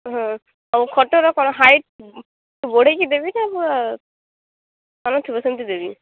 ହଁ ଆଉ ଖଟର କ'ଣ ହାଇଟ୍ ବଢ଼େଇକି ଦେବି ନା ସାନ ଥିବ ସେମିତି ଦେବି